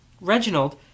Reginald